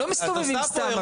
הם לא מסתובבים סתם.